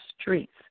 streets